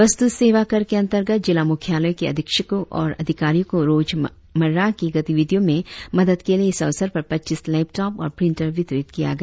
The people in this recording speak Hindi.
वस्तु सेवा कर के अंतर्गत जिला मुख्यालयों के अधीक्षकों और अधिकारियों को रोजमारा के गतिविधियों में मदद के लिए इस अवसर पर पच्चीस लेपटॉप और प्रिंटर वितरित किया गया